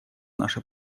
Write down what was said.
наша